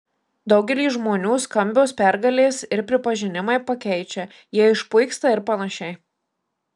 daugelį žmonių skambios pergalės ir pripažinimai pakeičia jie išpuiksta ir panašiai